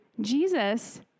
Jesus